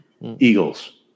Eagles